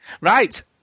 Right